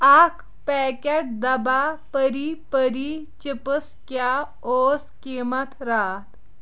اکھ پاکٮ۪ٹ دِبھا پٔری پٔری چِپسس کیٛاہ اوس قۭمتھ راتھ